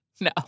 No